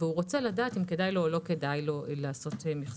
והוא רוצה לדעת אם כדאי לו או לא כדאי לו לעשות מחזור.